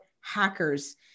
hackers